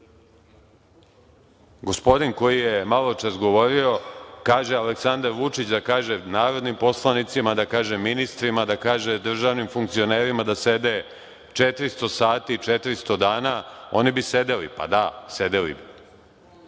koji je maločas govorio kaže Aleksandar Vučić da kaže narodnim poslanicima, da kaže ministrima, da kaže državnim funkcionerima da sede 400 sati, 400 dana, oni bi sedeli. Pa da, sedeli bi.